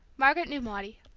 margaret knew maudie.